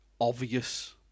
obvious